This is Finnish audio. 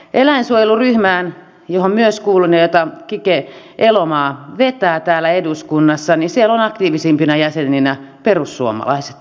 eläinsuojeluryhmässä johon myös kuulun ja jota kike elomaa vetää täällä eduskunnassa ovat aktiivisimpina jäseninä perussuomalaiset